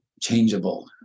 changeable